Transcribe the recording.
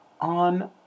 on